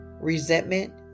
resentment